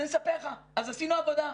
עשינו עבודה.